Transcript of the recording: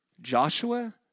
Joshua